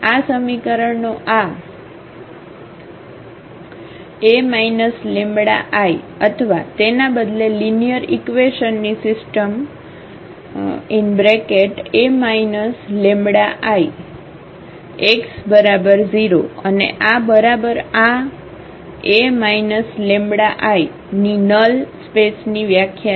આ સમીકરણનો આ A λI અથવા તેના બદલે લિનિયર ઈકવેશનની સિસ્ટમ A λIx0અને આ બરાબર આ A λI ની નલ સ્પેસની વ્યાખ્યા છે